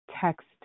text